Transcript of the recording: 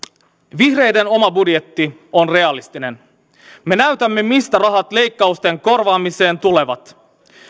vihreiden oma budjetti on realistinen me näytämme mistä rahat leikkausten korvaamiseen tulevat